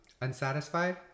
Unsatisfied